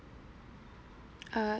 uh